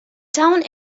town